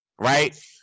Right